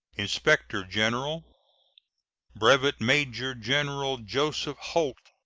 inspect or-general brevet major-general joseph holt,